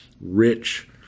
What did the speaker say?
rich